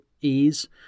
Ease